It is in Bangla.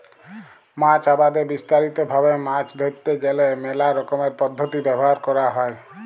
মাছ আবাদে বিস্তারিত ভাবে মাছ ধরতে গ্যালে মেলা রকমের পদ্ধতি ব্যবহার ক্যরা হ্যয়